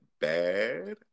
bad